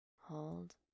hold